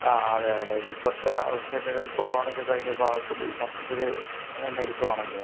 ആ അതെ അതെ ഇപ്പത്തെ അവസ്ഥ ഒക്കെ ഇത് ആണ് കൊറോണ ഒക്കെ കഴിഞ്ഞപ്പോൾ ആകെ കൂടി മൊത്തത്തില് ഞെരുക്കം ആണല്ലോ